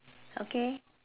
okay